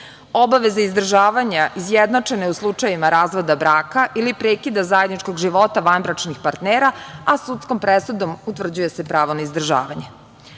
Obaveza izdržavanja izjednačene u slučajevima razvoda braka ili prekida zajedničkog života vanbračnih partnera, a sudskom presudom utvrđuje se pravo na izdržavanje. Uzimajući